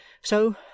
So